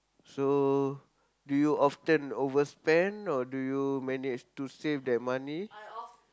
so do you often overspend or do you manage to save that money